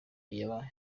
yaya